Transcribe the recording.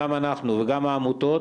גם אנחנו וגם העמותות,